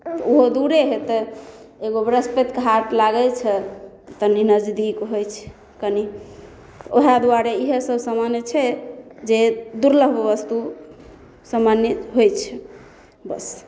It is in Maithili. ओहो दुरे होतै एगो बृहस्पति कऽ हाट लागै छै तनि नजदीक होइ छै कनि वोहे दुआरे इहे सब सामान छै जे दुर्लभ बस्तु सामान्य होइ छै बस